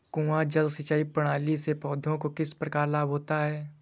कुआँ जल सिंचाई प्रणाली से पौधों को किस प्रकार लाभ होता है?